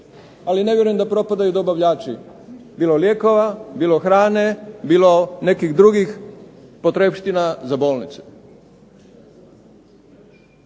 Ali ne vjerujem da propadaju dobavljači bilo lijekova, bilo hrane, bilo nekih drugih potrepština za bolnice.